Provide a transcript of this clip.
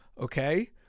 okay